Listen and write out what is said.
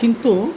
किन्तु